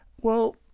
Well